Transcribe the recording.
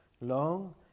long